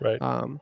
Right